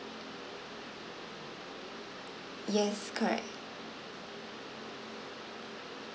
yes correct